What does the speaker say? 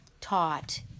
taught